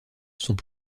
sont